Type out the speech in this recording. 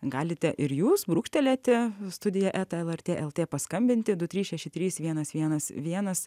galite ir jūs brūkštelėti studija eta lrt lt paskambinti du trys šeši trys vienas vienas vienas